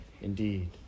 indeed